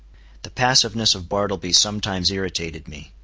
the passiveness of bartleby sometimes irritated me.